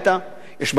יש בעיות אחרות,